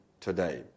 today